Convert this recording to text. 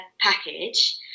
package